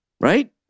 Right